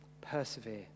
Persevere